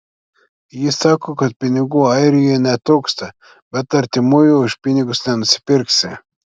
ji sako kad pinigų airijoje netrūksta bet artimųjų už pinigus nenusipirksi